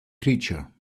creature